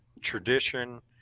tradition